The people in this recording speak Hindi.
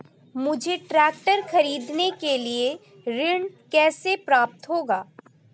मुझे ट्रैक्टर खरीदने के लिए ऋण कैसे प्राप्त होगा?